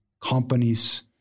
companies